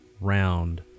round